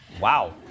Wow